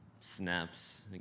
snaps